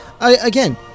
Again